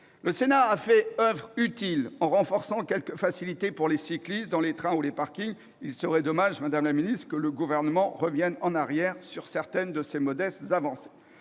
Le Sénat a fait oeuvre utile en développant quelques facilités pour les cyclistes dans les trains ou les parkings ; il serait dommage, madame la ministre, que le Gouvernement revienne en arrière sur certaines de ces modestes avancées.